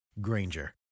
Granger